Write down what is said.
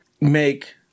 make